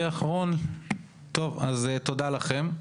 תודה לכם,